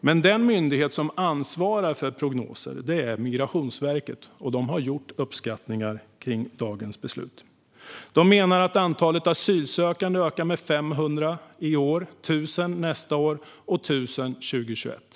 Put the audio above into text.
Men det är Migrationsverket som är den myndighet som ansvarar för prognoser, och de har gjort uppskattningar kring dagens beslut. De menar att antalet asylsökande ökar med 500 i år, 1 000 nästa år och 1 000 år 2021.